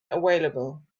available